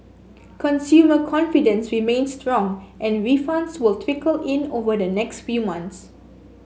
consumer confidence remains strong and refunds will trickle in over the next few months